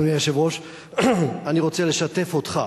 אדוני היושב-ראש, אני רוצה לשתף אותך